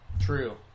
true